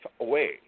away